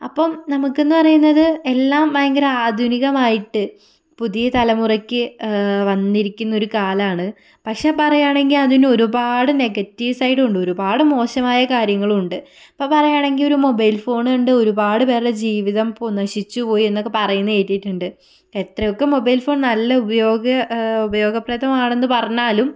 അപ്പം നമുക്ക് എന്ന് പറയുന്നത് എല്ലാം ഭയങ്കര ആധുനികമായിട്ട് പുതിയ തലമുറക്ക് വന്നിരിക്കുന്ന ഒരു കാലമാണ് പക്ഷെ പറയുകയാണെങ്കിൽ അതിന് ഒരുപാട് നെഗറ്റീവ് സൈഡും ഉണ്ട് ഒരുപാട് മോശമായ കാര്യങ്ങളുമുണ്ട് ഇപ്പം പറയുകയാണെങ്കിൽ ഒരു മൊബൈൽ ഫോൺ കൊണ്ട് ഒരുപാട് പേരുടെ ജീവിതം ഇപ്പോൾ നശിച്ച് പോയി എന്നൊക്കെ പറയുന്നത് കേട്ടിട്ടുണ്ട് എത്രയൊക്കെ മൊബൈൽ ഫോൺ നല്ല ഉപയോഗ ഉപയോഗപ്രദമാണെന്ന് പറഞ്ഞാലും